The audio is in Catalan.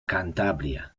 cantàbria